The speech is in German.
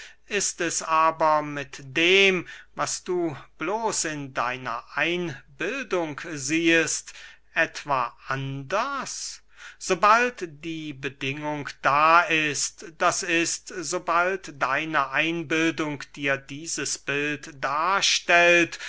ist es aber mit dem was du bloß in deiner einbildung siehest etwas anders sobald die bedingung da ist d i sobald deine einbildung dir dieses bild darstellt